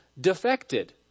defected